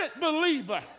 believer